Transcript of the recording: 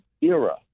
era